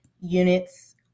units